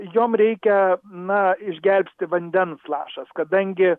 jom reikia na išgelbsti vandens lašas kadangi